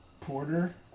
Porter